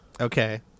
Okay